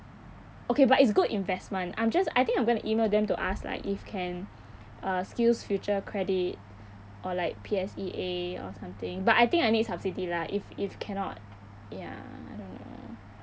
okay but it's good investment I'm just I think I'm gonna email them to ask like if can uh skills future credit or like P_S_E_A or something but I think I need subsidy lah if if cannot ya I don't know